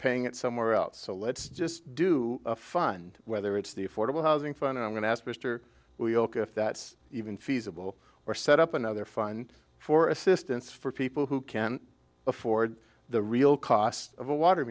paying it somewhere else so let's just do a fund whether it's the affordable housing fund i'm going to ask mr wilkie if that's even feasible or set up another fine for assistance for people who can't afford the real cost of a water